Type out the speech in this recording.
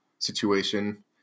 situation